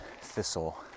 thistle